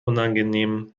unangenehm